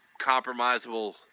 compromisable